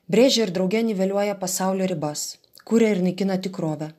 brėžia ir drauge niveliuoja pasaulio ribas kuria ir naikina tikrovę